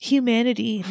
Humanity